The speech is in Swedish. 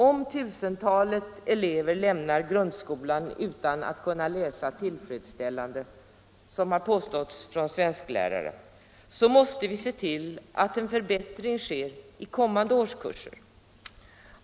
Om tusentalet elever lämnar grundskolan utan att kunna läsa tillfredsställande, som har påståtts av svensklärare, måste vi se till att en förbättring sker i kommande årskurser.